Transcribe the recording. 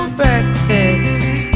breakfast